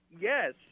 Yes